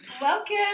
Welcome